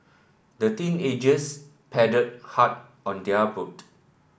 the teenagers paddled hard on their boat